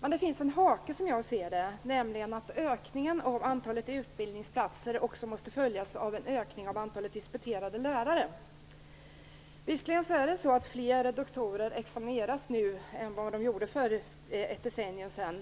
Men det finns en hake, som jag ser det, nämligen att ökningen av antalet utbildningsplatser också måste följas av en ökning av antalet disputerade lärare. Visserligen examineras flera doktorer nu än för ett decennium sedan.